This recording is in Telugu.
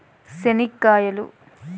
చెనిక్కాయలు